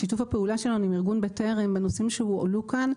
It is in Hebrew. שיתוף הפעולה שלנו עם ארגון בטרם בנושאים שהועלו כאן,